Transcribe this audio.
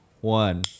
one